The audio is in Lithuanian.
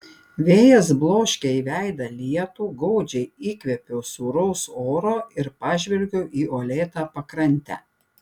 vėjas bloškė į veidą lietų godžiai įkvėpiau sūraus oro ir pažvelgiau į uolėtą pakrantę